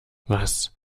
was